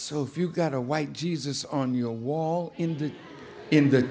if you got a white jesus on your wall in the in the